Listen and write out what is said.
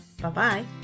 Bye-bye